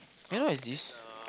you know what is this